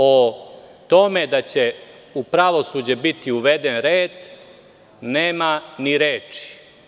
O tome da će u pravosuđe biti uveden red nema ni reči.